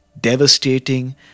devastating